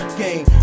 game